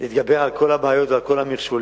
להתגבר על כל הבעיות ועל כל המכשולים.